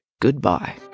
goodbye